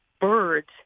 birds